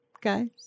Guys